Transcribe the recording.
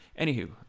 Anywho